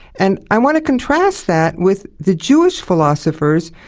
and i want to contrast that with the jewish philosophers,